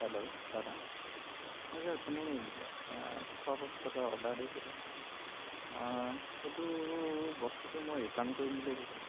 hello দাদা মই যে অথনি খোৱা বস্তু এটা অৰ্ডাৰ দিছিলোঁ সেইটো বস্তুটো মই ৰিটাৰ্ণ কৰিম বুলি আহিছিলোঁ